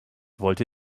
wollte